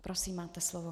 Prosím, máte slovo.